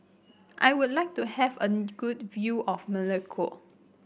I would like to have a good view of Melekeok